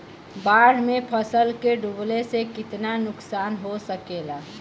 बाढ़ मे फसल के डुबले से कितना नुकसान हो सकेला?